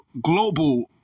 global